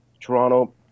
Toronto